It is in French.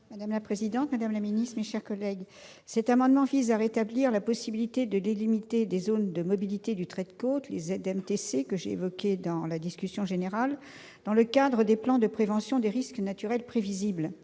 pour présenter l'amendement n° 25 rectifié. Cet amendement vise à rétablir la possibilité de délimiter des zones de mobilité du trait de côte, les ZMTC, que j'ai évoquées lors de la discussion générale, dans le cadre des plans de prévention des risques naturels prévisibles.